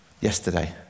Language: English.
Yesterday